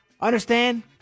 understand